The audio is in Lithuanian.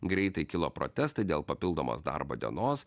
greitai kilo protestai dėl papildomos darbo dienos